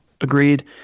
Agreed